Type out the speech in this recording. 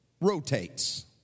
rotates